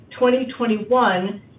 2021